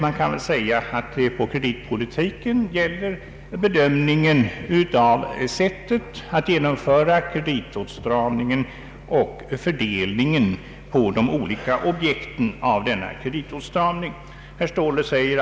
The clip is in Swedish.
På kreditpolitikens område gäller det här, kan man säga, en bedömning av sättet att genomföra kreditåtstramningen och fördelningen av denna kreditåtstramning på de olika objekten.